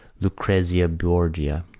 lucrezia borgia?